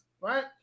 right